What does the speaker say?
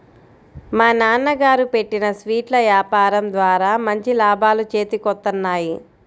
మా నాన్నగారు పెట్టిన స్వీట్ల యాపారం ద్వారా మంచి లాభాలు చేతికొత్తన్నాయి